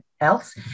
else